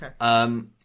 Okay